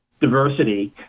diversity